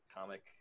comic